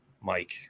Mike